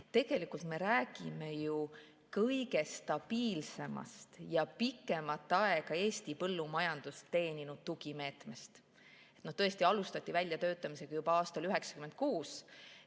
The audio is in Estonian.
Tegelikult me räägime ju kõige stabiilsemast ja pikemat aega Eesti põllumajandust teeninud tugimeetmest. Tõesti, selle väljatöötamist alustati juba aastal 1996.